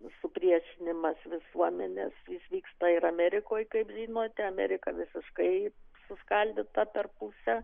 supriešinimas visuomenės jis vyksta ir amerikoj kaip žinote amerika visiškai suskaldyta per pusę